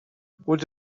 would